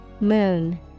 Moon